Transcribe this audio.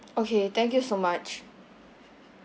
okay thank you so much